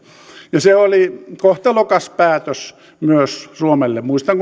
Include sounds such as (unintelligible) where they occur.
ja se oli myös kohtalokas päätös suomelle muistan (unintelligible)